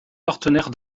partenaires